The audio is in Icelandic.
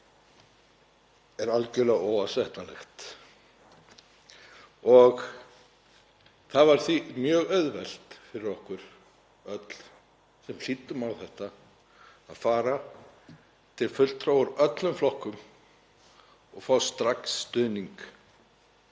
er algerlega óásættanlegt og það var því mjög auðvelt fyrir okkur öll sem hlýddum á þetta að fara til fulltrúa úr öllum flokkum og fá strax stuðning